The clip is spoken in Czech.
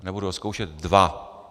Nebudu ho zkoušet dva.